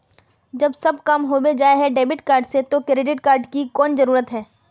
जब सब काम होबे जाय है डेबिट कार्ड से तो क्रेडिट कार्ड की कोन जरूरत है?